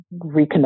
reconnect